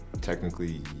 Technically